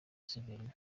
saverina